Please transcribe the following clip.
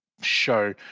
show